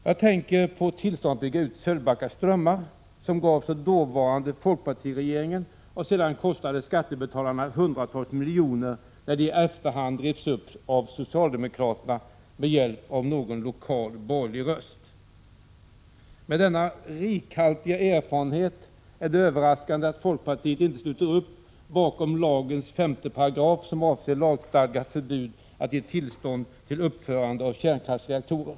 Jag tänker på tillståndet att bygga ut Sölvbacka strömmar som gavs av dåvarande folkpartiregeringen och som sedan kostade skattebetalarna hundratals miljoner, när det i efterhand revs upp av socialdemokraterna med hjälp av någon lokal borgerlig röst. Med tanke på denna rikhaltiga erfarenhet är det överraskande att folkpartiet inte sluter upp bakom lagens 5 §, som avser lagstadgat förbud att ge tillstånd till uppförande av kärnkraftsreaktorer.